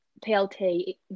PLT